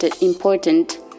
important